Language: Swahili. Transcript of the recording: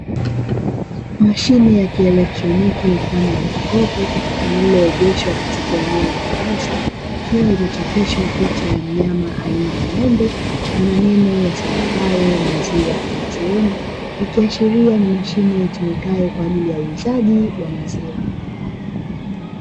Mashine ya kielektroniki mfano wa jokofu, lililoegeshwa katika eneo la wazi, ikiwa imechapishwa picha ya mnyama aina ya ng'ombe na maneno yasomekayo "maziwa ,ATM", ikiashiria ni mashine itumikayo kwa ajili ya uuzaji wa maziwa.